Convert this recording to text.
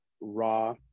raw